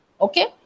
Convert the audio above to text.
okay